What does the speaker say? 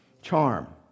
charm